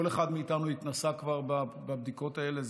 כל אחד מאיתנו התנסה כבר בבדיקות האלה.